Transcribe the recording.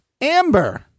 Amber